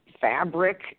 fabric